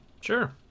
sure